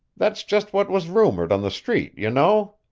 that's just what was rumored on the street, you know.